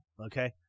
okay